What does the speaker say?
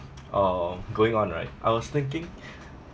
uh going on right I was thinking